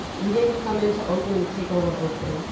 we didn't come into oakland to take over oakland.